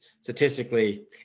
statistically